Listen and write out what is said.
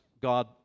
God